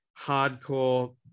hardcore